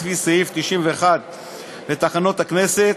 לפי סעיף 91 לתקנון הכנסת,